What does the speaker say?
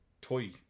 toy